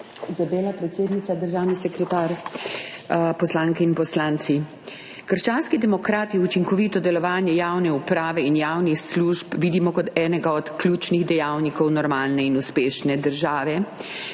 Izabela, predsednica, državni sekretar, poslanke in poslanci! Krščanski demokrati učinkovito delovanje javne uprave in javnih služb vidimo kot enega ključnih dejavnikov normalne in uspešne države,